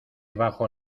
bajo